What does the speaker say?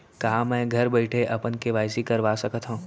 का मैं घर बइठे अपन के.वाई.सी करवा सकत हव?